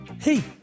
hey